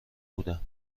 بودم